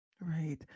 Right